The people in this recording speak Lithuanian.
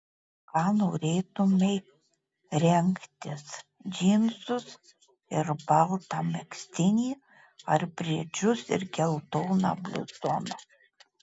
ką norėtumei rengtis džinsus ir baltą megztinį ar bridžus ir geltoną bluzoną